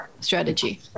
strategy